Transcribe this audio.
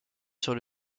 sur